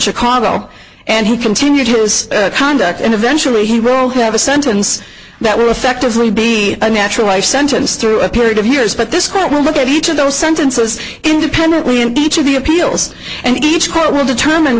chicago and he continued his conduct and eventually he will have a sentence that will effectively be a natural life sentence through a period of years but this court will look at each of those sentences independently of each of the appeals and each court will determine